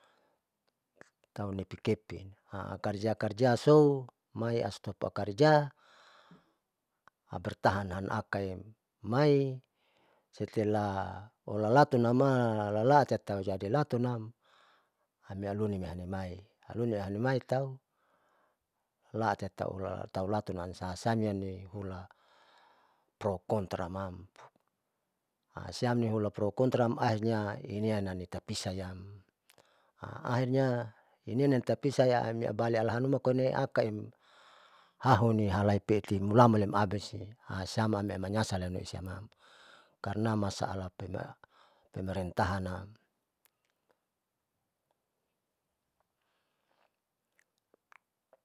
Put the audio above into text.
Taunipikepin karja karja sou mai astop karja habertahnam akae mai setelah olaatun lama ulaati tatujadi utunam amialuni nihalimai, alumi hanimai taulatatitau latun amsa saniula tokontraknam, siam nihula pro kontra ahirnya nam itapisaa ahirnya inianam itapisayaa ibali alahanuma koine akaem hahuni halaipeti mulaman lemabisi, siam animanyasale siamam karna masaala hula pemerintahanam.